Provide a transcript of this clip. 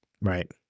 right